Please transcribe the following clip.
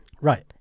Right